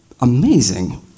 amazing